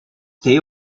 they